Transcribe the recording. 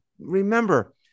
Remember